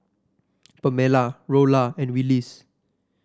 Pamella Rolla and Willis